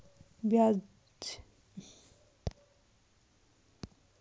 Bank ब्याज दर को निर्धारित कौन करता है?